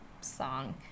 song